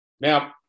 now